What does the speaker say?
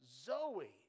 Zoe